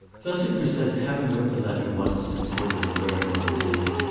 thus it was that, having read the letter once in order to learn what was in it,